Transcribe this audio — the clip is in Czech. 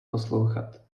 poslouchat